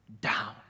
down